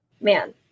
man